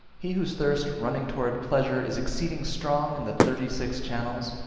he whose thirst running towards pleasure is exceeding strong in the thirty-six channels,